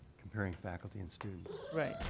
comparing faculty and students? right.